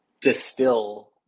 distill